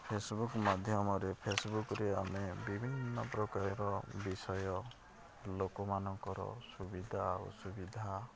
Facebook ମାଧ୍ୟମରେ ଫେସବୁକ୍ରେ ଆମେ ବିଭିନ୍ନ ପ୍ରକାରର ବିଷୟ ଲୋକମାନଙ୍କର ସୁବିଧା ଅସୁବିଧା